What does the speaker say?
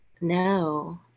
no